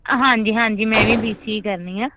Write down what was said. ਹਾਂਜੀ ਹਾਂਜੀ ਮੈਂ ਵੀ ਬੀ ਸੀ ਏ ਕਰਨੀ ਆ